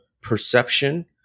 perception